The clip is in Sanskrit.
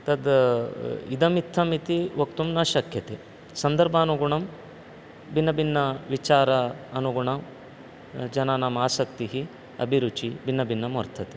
तद् इदमित्थमिति वक्तुं न शक्यते सन्दर्भानुगुणं भिन्नभिन्नविचार अनुगुणं जनानाम् आसक्तिः अभिरुचिः भिन्नभिन्नं वर्तते